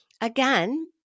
Again